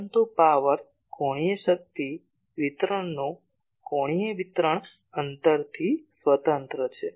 પરંતુ પાવર કોણીય શક્તિ વિતરણનું કોણીય વિતરણ અંતરથી સ્વતંત્ર છે